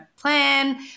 plan